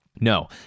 No